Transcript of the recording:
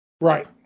Right